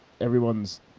everyone's